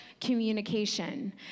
communication